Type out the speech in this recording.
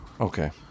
okay